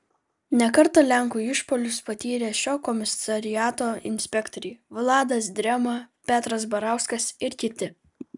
ne kartą lenkų išpuolius patyrė šio komisariato inspektoriai vladas drėma petras barauskas ir kiti